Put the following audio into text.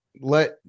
let